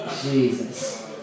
Jesus